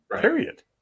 period